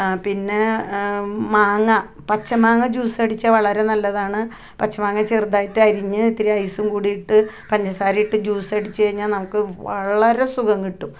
പിന്നെ മാങ്ങാ പച്ചമാങ്ങ ജ്യൂസടിച്ചാൽ വളരെ നല്ലതാണ് പച്ചമാങ്ങ ചെറുതായിട്ടരിഞ്ഞ് ഇത്തിരി ഐസും കൂടി ഇട്ട് പഞ്ചസാരയിട്ട് ജ്യൂസടിച്ച് കഴിഞ്ഞാൽ നമുക്ക് വളരെ സുഖം കിട്ടും